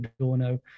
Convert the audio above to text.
Adorno